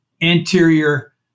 anterior